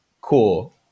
Cool